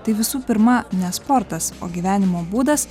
tai visų pirma ne sportas o gyvenimo būdas